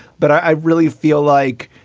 but i really feel like,